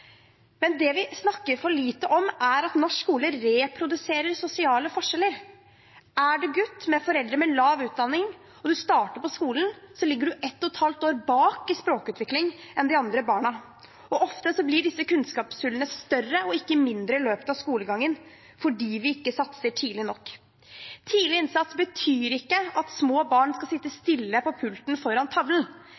men det vi snakker for lite om, er at norsk skole reproduserer sosiale forskjeller. Er du en gutt med foreldre med lav utdanning når du starter på skolen, ligger du 1,5 år bak de andre barna i språkutvikling. Ofte blir disse kunnskapshullene større og ikke mindre i løpet av skolegangen fordi vi ikke satser tidlig nok. Tidlig innsats betyr ikke at små barn skal sitte